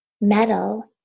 metal